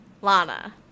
Lana